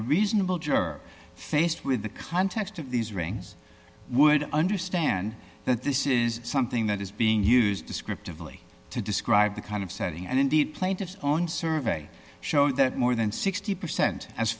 a reasonable jerk faced with the context of these rings would understand that this is something that is being used descriptively to describe the kind of setting and indeed plaintiff's own survey showed that more than sixty percent as